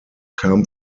kam